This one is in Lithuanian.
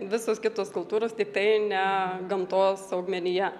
visos kitos kultūros tiktai ne gamtos augmenija